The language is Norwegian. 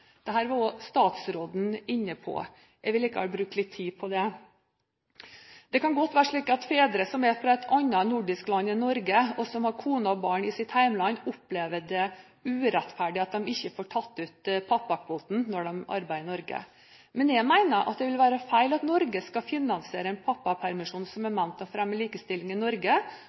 var også statsråden inne på. Jeg vil likevel bruke litt tid på dette. Det kan godt være slik at fedre som er fra et annet nordisk land enn Norge, og som har kone og barn i sitt hjemland, opplever det som urettferdig at de ikke får tatt ut pappakvoten når de arbeider i Norge. Men jeg mener det vil være feil at Norge skal finansiere en pappapermisjon, som er ment å fremme likestilling i Norge,